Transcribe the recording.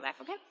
okay